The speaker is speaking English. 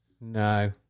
No